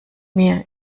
mir